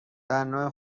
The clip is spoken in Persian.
درنوع